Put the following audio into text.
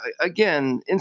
again